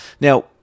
Now